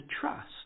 trust